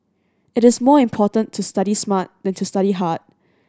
it is more important to study smart than to study hard